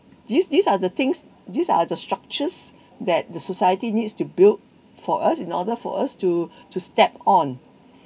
these these are the things these are the structures that the society needs to build for us in order for us to to step on